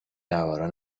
نوارها